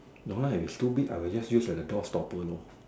no lah if it's too big lah we will just use like a door stopper lor